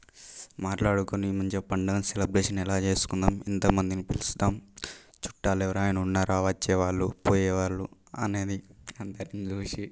మాట్లాడుకొని మంచిగా పండుగ సెలబ్రేషన్ ఎలా చేసుకుందాం ఎంత మందిని పిలుస్తాం చుట్టాలు ఎవరైనా ఉన్నారా వచ్చేవాళ్ళు పోయేవాళ్ళు అనేది అందరినీ చూసి